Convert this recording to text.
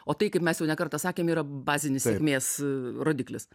o tai kaip mes jau ne kartą sakėm yra bazinis sėkmės rodiklis